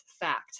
fact